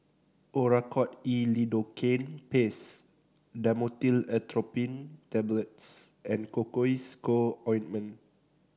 Oracort E Lidocaine Paste Dhamotil Atropine Tablets and Cocois Co Ointment